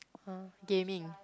!huh! gaming ah